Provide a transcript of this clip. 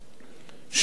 שבמשך